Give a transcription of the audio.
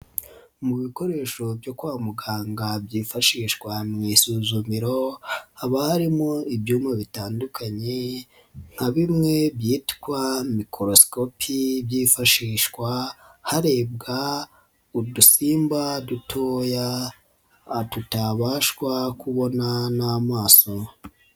Mu bikoresho byo kwa muganga byifashishwa mu isuzumiro haba harimo ibyuma bitandukanye nka bimwe byitwa microscopy byifashishwa harebwa udusimba dutoya tutabashwa kubona n'amaso.